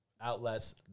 outlets